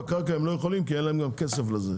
בקרקע הם לא יכולים כי אין להם כסף לזה.